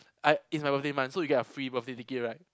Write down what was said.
I it's my birthday month so you get a free birthday ticket right